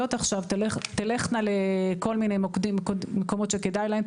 עכשיו תלכנה לכל מיני מוקדים ומקומות שכדאי להם,